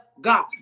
God